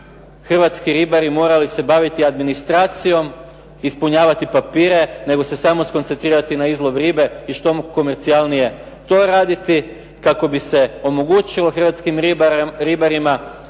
Hrvatski ribari morali se baviti administracijom, ispunjavati papire nego se samo skoncentrirati na izlov ribe i što komercijalnije to raditi kako bi se omogućilo Hrvatskim ribarima i